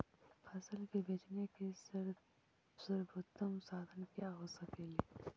फसल के बेचने के सरबोतम साधन क्या हो सकेली?